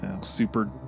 super